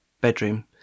bedroom